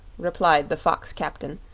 replied the fox-captain,